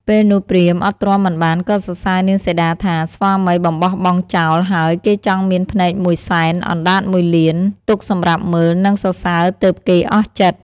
ពេលនោះព្រាហ្មណ៍អត់ទ្រាំមិនបានក៏សរសើរនាងសីតាថាស្វាមីបំបរបង់ចោល ហើយគេចង់មានភ្នែកមួយសែន អណ្តាតមួយលាន ទុកសម្រាប់មើល និងសរសើរទើបគេអស់ចិត្ត។